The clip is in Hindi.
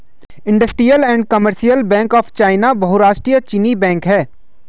industrial and Commercial Bank of China बहुराष्ट्रीय चीनी बैंक है